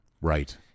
Right